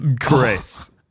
chris